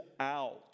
out